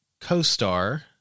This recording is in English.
co-star